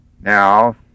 Now